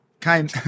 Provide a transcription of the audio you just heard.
came